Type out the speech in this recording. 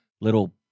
little